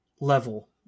level